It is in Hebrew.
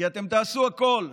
כי אתם תעשו הכול,